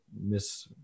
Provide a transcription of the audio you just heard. miss